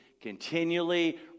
continually